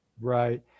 Right